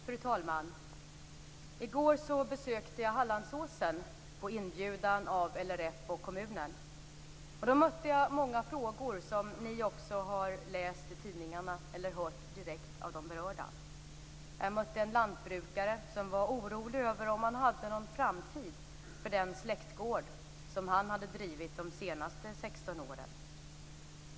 Fru talman! I går besökte jag Hallandsåsen på inbjudan av LRF och kommunen. Då mötte jag många frågor som ni också har läst i tidningarna eller hört direkt av de berörda. Jag mötte en lantbrukare som var orolig över om det fanns någon framtid för den släktgård som han hade drivit de senaste 16 åren.